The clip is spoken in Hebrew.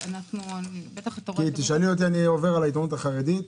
אני עובר על העיתונות החרדית.